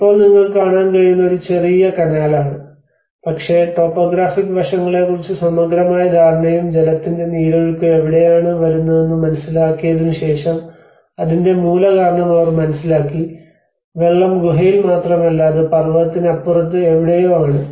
ഇപ്പോൾ നിങ്ങൾക്ക് കാണാൻ കഴിയുന്നത് ഒരു ചെറിയ കനാലാണ് പക്ഷേ ടോപ്പോഗ്രാഫിക് വശങ്ങളെക്കുറിച്ച് സമഗ്രമായ ധാരണയും ജലത്തിൻറെ നീരൊഴുക്ക് എവിടെയാണ് വരുന്നതെന്ന് മനസിലാക്കിയതിനുശേഷം അതിന്റെ മൂലകാരണം അവർ മനസ്സിലാക്കി വെള്ളം ഗുഹയിൽ മാത്രമല്ല അത് പർവതത്തിനപ്പുറത്ത് എവിടെയോ ആണ്